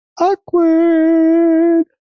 Awkward